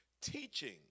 teaching